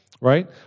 right